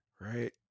Right